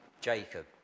Jacob